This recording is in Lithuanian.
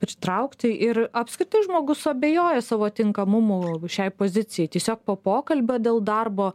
pritraukti ir apskritai žmogus suabejoja savo tinkamumu šiai pozicijai tiesiog po pokalbio dėl darbo